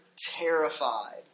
terrified